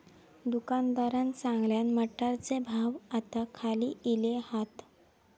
दुकानदारान सांगल्यान, मटारचे भाव आता खाली इले हात